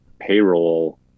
payroll